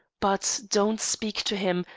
but don't speak to him,